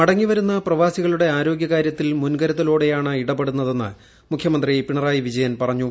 മടങ്ങിവരുന്ന പ്രവാസികളുടെ ആരോഗ്യ കാര്യത്തിൽ കരുതലോടെയാണ് ഇടപെടുന്നതെന്ന് മുഖ്യമന്ത്രി പിണറായി വിജയൻ പറഞ്ഞു